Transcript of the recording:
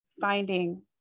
finding